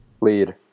Lead